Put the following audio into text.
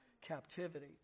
captivity